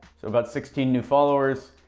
so about sixteen new followers.